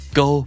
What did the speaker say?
go